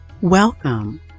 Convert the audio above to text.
Welcome